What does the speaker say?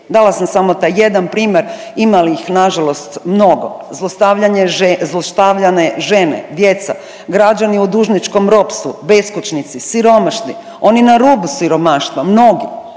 Dala sam samo taj jedan primjer, ima ih nažalost mnogo, zlostavljane žene, djeca, građani u dužničkom ropstvu, beskućnici, siromašni, oni na rubu siromaštva mnogi,